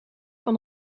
van